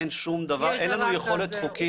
אין שום דבר אין לנו יכולת חוקית --- יש דבר כזה,